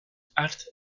halte